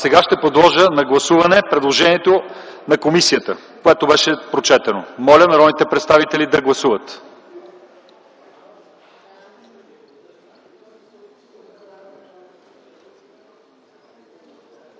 прието. Подлагам на гласуване предложението на комисията, което беше прочетено. Моля народните представители да гласуват.